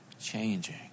changing